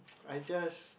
I just